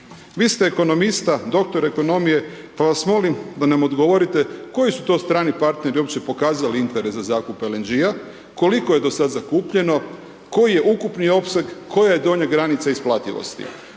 Vi ste ekonomista, doktor ekonomije pa vas molim da nam odgovorite koji su to strani partneri uopće pokazali interes za zakup LNG-a, koliko je do sada zakupljeno, koji je ukupni opseg, koja je donja granica isplativosti,